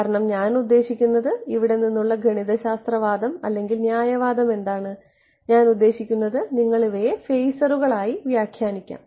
കാരണം ഞാൻ ഉദ്ദേശിക്കുന്നത് ഇവിടെ നിന്നുള്ള ഗണിതശാസ്ത്ര വാദം അല്ലെങ്കിൽ ന്യായവാദം എന്താണ് ഞാൻ ഉദ്ദേശിക്കുന്നത് നിങ്ങൾക്ക് ഇവയെ ഫേസറുകൾ ആയി വ്യാഖ്യാനിക്കാം